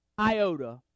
iota